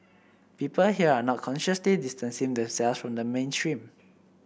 people here are not consciously distancing themselves from the mainstream